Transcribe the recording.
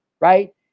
Right